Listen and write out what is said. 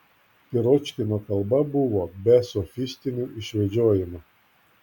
piročkino kalba buvo be sofistinių išvedžiojimų